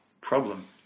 problem